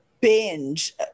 binge